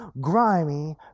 grimy